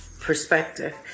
perspective